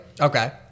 Okay